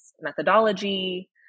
methodology